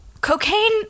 Cocaine